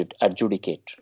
adjudicate